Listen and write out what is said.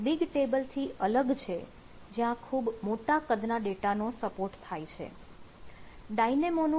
તે BigTable થી અલગ છે જ્યાં ખૂબ મોટા કદના ડેટા નો સપોર્ટ થાય છે